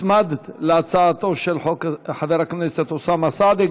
הוצמדת להצעתו של חבר הכנסת אוסאמה סעדי,